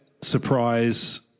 surprise